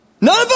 None